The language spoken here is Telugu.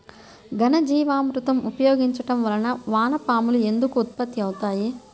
ఘనజీవామృతం ఉపయోగించటం వలన వాన పాములు ఎందుకు ఉత్పత్తి అవుతాయి?